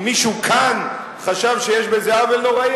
אם מישהו כאן חשב שיש בזה עוול נוראי,